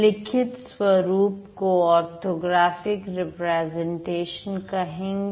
लिखित स्वरूप को ऑर्थोग्राफिक रिप्रेजेंटेशन कहेंगे